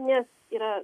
nes yra